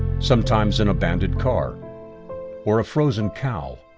sometimes an abandoned car or a frozen cow,